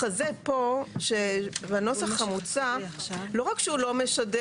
לא נכון.